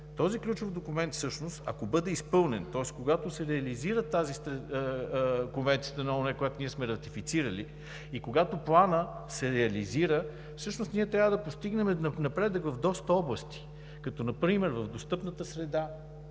Този ключов документ, ако бъде изпълнен, тоест когато се реализира Конвенцията на ООН, която ние сме ратифицирали, и когато Планът се реализира, всъщност трябва да постигнем напредък в доста области, като например в достъпната среда